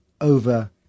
over